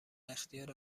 اختیار